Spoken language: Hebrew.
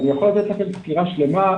אני יכול לתת לכם סקירה שלמה,